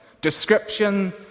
Description